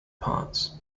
parts